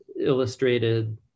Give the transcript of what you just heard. illustrated